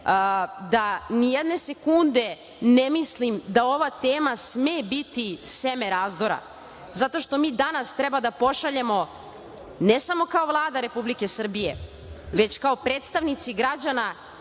da ni jedne sekunde ne mislim da ova tema sme biti seme razdora zato što mi danas treba da pošaljemo, ne samo kao Vlada Republike Srbije, već kao predstavnici građana